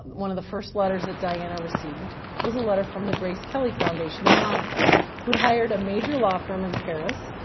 one of the first letters that diana received was a letter from the grace kelly foundation in monaco, who had hired a major law firm in paris.